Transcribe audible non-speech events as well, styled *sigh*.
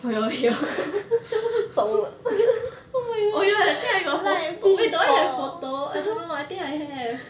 *laughs* oh ya I think I got pho~ wait do I have photo I don't know I think I have